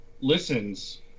listens